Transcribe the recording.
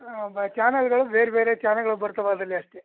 ಬಾ ಚಾನಲ್ಗಳು ಬೇರೆ ಬೇರೆ ಚಾನಲ್ಗಳು ಬರ್ತವೆ ಅದರಲ್ಲಿ ಅಷ್ಟೆ